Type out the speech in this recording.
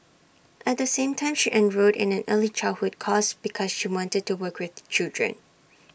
at the same time she enrolled in an early childhood course because she wanted to work with children